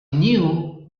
knew